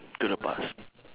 to the past